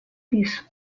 pis